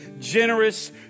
generous